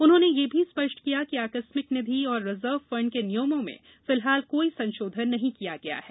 उन्होंने यह भी स्पष्ट किया कि आकस्मिक निधि और रिजर्व फण्ड के नियमों में फिलहाल कोई संशोधन नहीं किया गया है